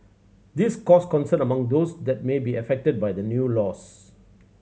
this caused concern among those that may be affected by the new rules